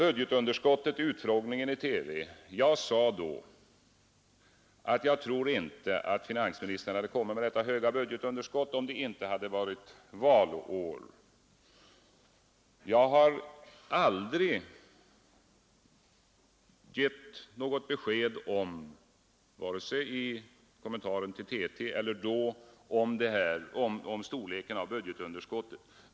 Under utfrågningen i TV sade jag om budgetunderskottet att jag inte tror att finansministern hade kommit med detta höga budgetunderskott om det inte hade varit valår. Jag har aldrig gett något besked — vare sig då eller i kommentaren till TT — om storleken av budgetunderskottet.